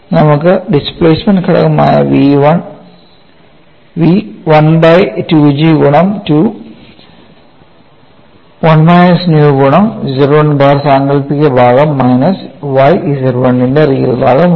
നമുക്ക് ഡിസ്പ്ലേസ്മെൻറ് ഘടകമായ v 1 by 2 G ഗുണം 2 1 മൈനസ് ന്യൂ ഗുണം Z 1 ബാർ സാങ്കൽപ്പിക ഭാഗം മൈനസ് y Z 1 ന്റെ റിയൽ ഭാഗം ഉണ്ട്